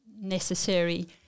necessary